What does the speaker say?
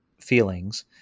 feelings